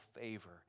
favor